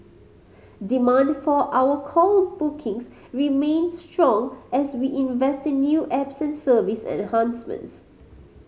demand for our call bookings remains strong as we invest in new apps service enhancements